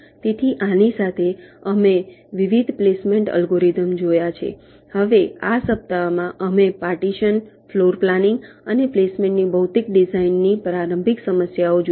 તેથી આની સાથે અમે વિવિધ પ્લેસમેન્ટ એલ્ગોરિધમ્સ જોયા છે હવે આ સપ્તાહમાં અમે પાર્ટીશન ફ્લોર પ્લાનિંગ અને પ્લેસમેન્ટની ભૌતિક ડિઝાઇનની પ્રારંભિક સમસ્યાઓ જોઈ છે